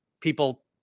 people